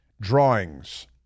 drawings